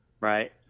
Right